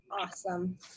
Awesome